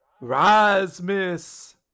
Rasmus